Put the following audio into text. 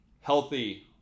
healthy